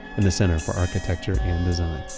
and the center for architecture and design.